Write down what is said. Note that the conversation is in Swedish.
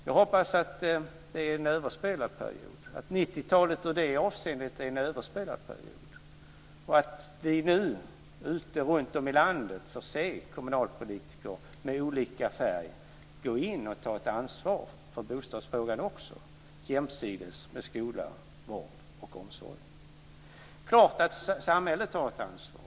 Jag hoppas att 90-talet ur det avseendet är en överspelad period och att vi nu runt om i landet får se kommunalpolitiker med olika färg ta ett ansvar även för bostadsfrågan, jämsides med skola, vård och omsorg. Det är klart att samhället har ett ansvar.